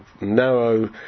narrow